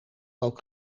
ook